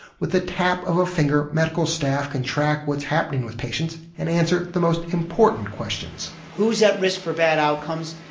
with the tap of a finger medical staff can track what's happening with patients and answer the most important questions who's at risk for bad outcomes.